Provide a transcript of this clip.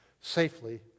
safely